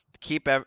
keep